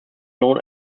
known